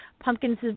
pumpkins